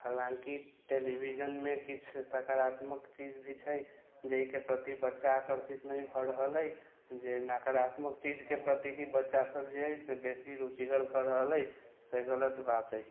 हालाँकि टेलीविजनमे किछु सकारात्मक चीज भी छै जाहिके प्रति बच्चा आकर्षित नहि भऽ रहल अइ जे नकारात्मक चीजके प्रति ही बच्चा सबजे अय से बेसी रुचिगर भऽ रहल अइ से गलत बात अइ